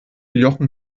jochen